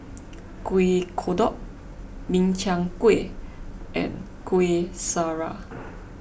Kuih Kodok Min Chiang Kueh and Kuih Syara